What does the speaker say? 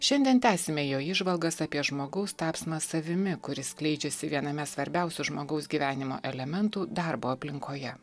šiandien tęsime jo įžvalgas apie žmogaus tapsmą savimi kuris skleidžiasi viename svarbiausių žmogaus gyvenimo elementų darbo aplinkoje